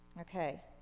Okay